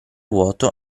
vuoto